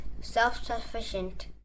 Self-sufficient